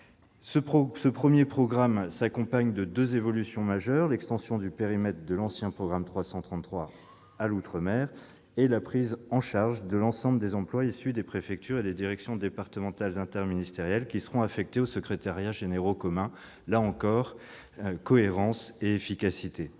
du programme 354 s'accompagne de deux évolutions majeures : l'extension du périmètre de l'ancien programme 333 à l'outre-mer et la prise en charge de l'ensemble des emplois issus des préfectures et des directions départementales interministérielles, qui seront affectés aux secrétariats généraux communs. Là encore, cohérence et efficacité.